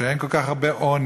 שאין כל כך הרבה עוני,